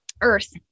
earth